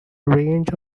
range